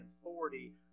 authority